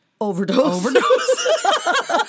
overdose